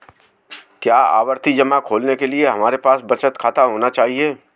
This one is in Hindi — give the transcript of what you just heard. क्या आवर्ती जमा खोलने के लिए हमारे पास बचत खाता होना चाहिए?